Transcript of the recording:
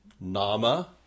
Nama